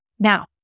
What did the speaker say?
Now